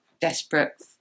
desperate